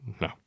No